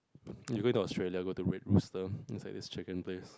if you go to Australia go to Red-Rooster it's like this chicken place